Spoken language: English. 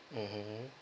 mmhmm